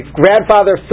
grandfather